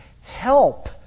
help